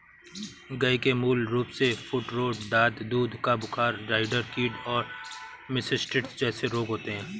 गय के मूल रूपसे फूटरोट, दाद, दूध का बुखार, राईडर कीट और मास्टिटिस जेसे रोग होते हें